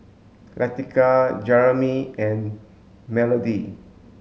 Leticia Jeremey and Melodie